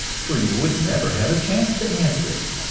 for you would never have a chance to answer.